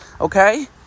Okay